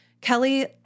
Kelly